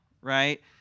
right